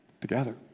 together